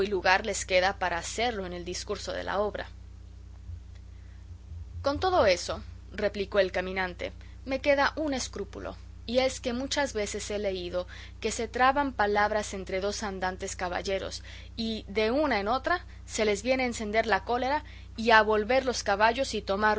lugar les queda para hacerlo en el discurso de la obra con todo eso replicó el caminante me queda un escrúpulo y es que muchas veces he leído que se traban palabras entre dos andantes caballeros y de una en otra se les viene a encender la cólera y a volver los caballos y tomar